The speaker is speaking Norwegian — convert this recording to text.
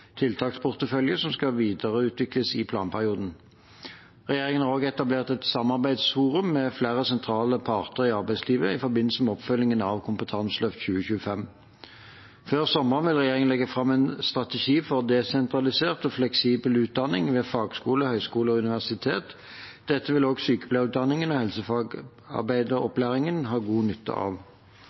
tiltaksportefølje som skal videreutvikles i planperioden. Regjeringen har også etablert et samarbeidsforum med flere sentrale parter i arbeidslivet i forbindelse med oppfølgingen av Kompetanseløft 2025. Før sommeren vil regjeringen legge fram en strategi for desentralisert og fleksibel utdanning ved fagskoler, høyskoler og universitet. Dette vil også sykepleierutdanningen og helsefagarbeideropplæringen ha god nytte av.